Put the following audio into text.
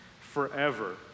forever